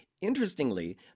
Interestingly